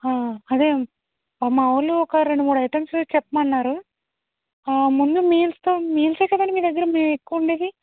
హ అదే మా వాళ్ళు ఒక రెండు మూడు ఐటెమ్స్ చెప్పమన్నారు హ ముందు మీల్స్ మీల్స్ ఏ కదండి మీ దగ్గర మీ ఎక్కువ ఉండేది